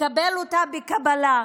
מקבל אותה בקבלה.